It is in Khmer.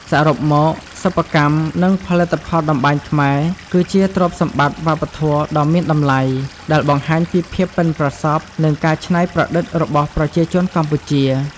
សរុបមក សិប្បកម្ម និងផលិតផលតម្បាញខ្មែរ គឺជាទ្រព្យសម្បត្តិវប្បធម៌ដ៏មានតម្លៃ ដែលបង្ហាញពីភាពប៉ិនប្រសប់ និងការច្នៃប្រឌិតរបស់ប្រជាជនកម្ពុជា។